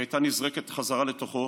היא הייתה נזרקת בחזרה לתוכו.